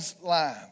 line